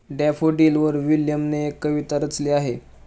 डॅफोडिलवर विल्यमने एक कविता रचली आहे